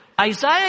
Isaiah